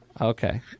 okay